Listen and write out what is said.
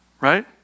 right